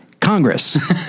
Congress